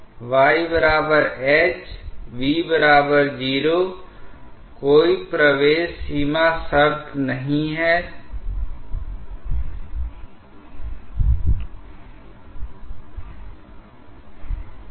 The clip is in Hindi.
इसलिए यह प्रतिकूल दबाव प्रवणता के कारण इस प्रतिरोध से कोई हानि नहीं होती है वास्तव में दबाव प्रवणता यहां अनुकूल है जो प्रवाह को और अधिक उपयुक्त तरीके से आगे बढ़ाता है